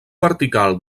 vertical